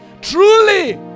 truly